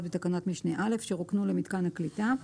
בתקנה משנה (א) שרוקנו למיתקן הקליטה.